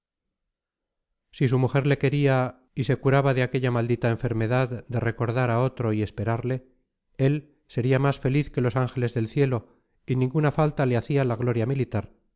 si su mujer le quería y se curaba de aquella maldita enfermedad de recordar a otro y esperarle él sería más feliz que los ángeles del cielo y ninguna falta le hacía la gloria militar